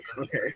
Okay